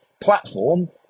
platform